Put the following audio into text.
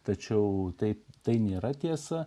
tačiau taip tai nėra tiesa